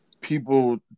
people